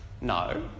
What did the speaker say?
No